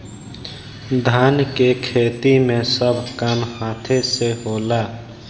धान के खेती मे सब काम हाथे से होला